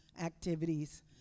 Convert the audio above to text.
activities